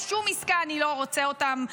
בשום עסקה אני לא רוצה אותם.